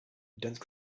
dense